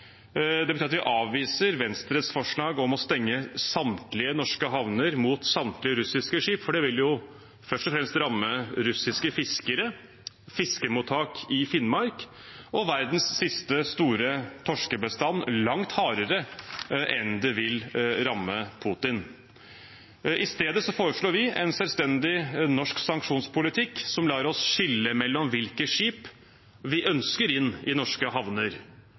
Det betyr at vi avviser Venstres forslag om å stenge samtlige norske havner mot samtlige russiske skip, for det vil først og fremst ramme russiske fiskere, fiskemottak i Finnmark og verdens siste store torskebestand langt hardere enn det vil ramme Putin. I stedet foreslår vi en selvstendig norsk sanksjonspolitikk som lar oss skille mellom hvilke skip vi ønsker inn i norske havner.